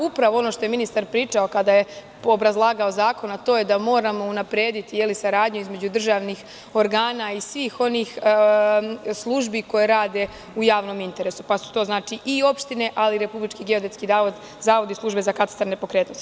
Upravo ono što je ministar pričao kada je obrazlagao zakon, a to je da moramo unaprediti saradnju između dražvnih organa i svih onih službi koje rade u javnom interesu, pa su to znači, i opštine, ali i RGZ i službe za katastar nepokretnosti.